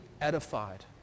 edified